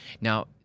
Now